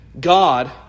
God